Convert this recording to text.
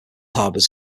harbors